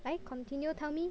来 continue tell me